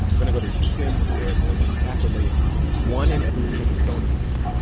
we're going to go to houston, where more than half a million people, one in every ten houstonians,